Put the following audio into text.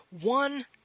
One